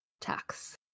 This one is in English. tax